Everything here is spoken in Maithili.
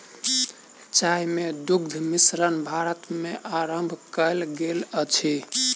चाय मे दुग्ध मिश्रण भारत मे आरम्भ कयल गेल अछि